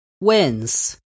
wins